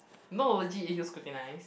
no legit if you scrutinize